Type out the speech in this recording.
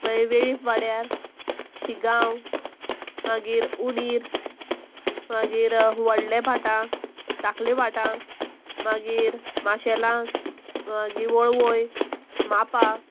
मागीर वेळीप वाड्यार शिगांव मागीर उणीर मागीर व्हडले भाटां धाकले भाटां मागीर माशेलां मागीर वळवय मापा